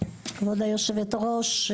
כבוד היושבת-ראש,